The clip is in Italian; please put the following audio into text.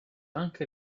anche